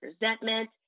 resentment